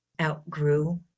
outgrew